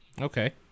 Okay